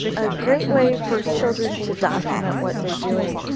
a great way for children to document what they are doing,